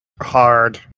hard